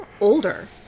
older